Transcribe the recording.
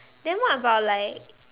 then what about like